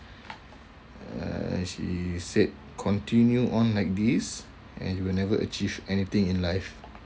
uh she said continue on like this and you will never achieve anything in life